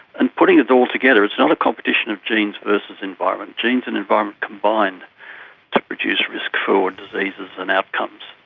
and putting it all together, it's not a competition of genes versus environment, genes and environment combined to produce risk for diseases and outcomes.